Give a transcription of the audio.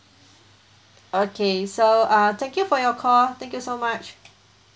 okay so uh thank you for your call thank you so much